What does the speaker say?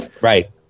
Right